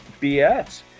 bs